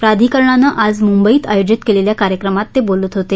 प्राधिकरणानं आज मुंबईत आयोजित केलेल्या कार्यक्रमात ते बोलत होते